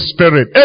Spirit